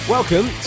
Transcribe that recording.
Welcome